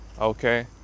Okay